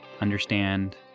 understand